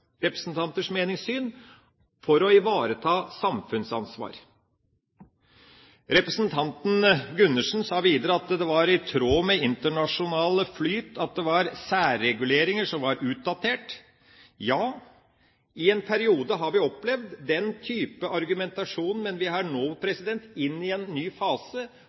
representanters syn for å ivareta samfunnsansvar. Representanten Gundersen sa at det var i tråd med den internasjonale flyten at det var særreguleringer som var utdatert. Ja, i en periode har vi opplevd den type argumentasjon, men vi er nå inne i en ny fase